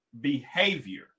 behavior